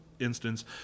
instance